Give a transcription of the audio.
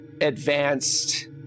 advanced